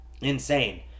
Insane